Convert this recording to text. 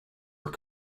were